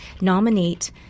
nominate